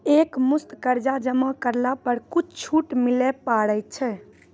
एक मुस्त कर्जा जमा करला पर कुछ छुट मिले पारे छै?